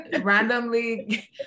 randomly